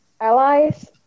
allies